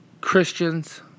Christians